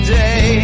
day